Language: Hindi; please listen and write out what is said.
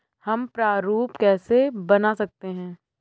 हम प्रारूप कैसे बना सकते हैं?